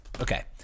Okay